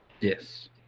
Yes